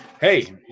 Hey